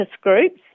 groups